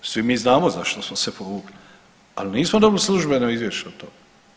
Svi mi znamo zašto smo se povukli, ali nismo dobili službeno izvješće o tome.